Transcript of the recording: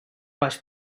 baix